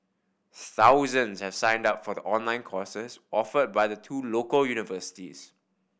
thousands have signed up for the online courses offered by the two local universities